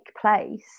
place